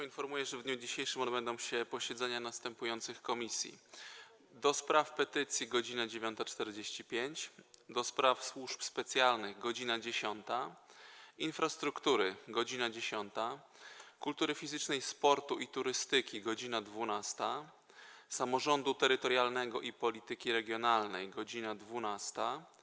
Informuję, że w dniu dzisiejszym odbędą się posiedzenia następujących Komisji: - do Spraw Petycji - godz. 9.45, - do Spraw Służb Specjalnych - godz. 10, - Infrastruktury - godz. 10, - Kultury Fizycznej, Sportu i Turystyki - godz. 12, - Samorządu Terytorialnego i Polityki Regionalnej - godz. 12,